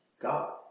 God